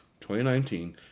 2019